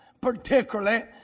particularly